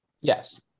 Yes